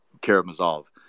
Karamazov